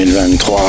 2023